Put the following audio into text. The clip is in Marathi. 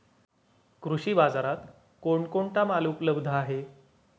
कृषी बाजारात कोण कोणता माल उपलब्ध आहे?